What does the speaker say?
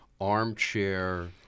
armchair